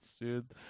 dude